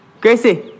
Gracie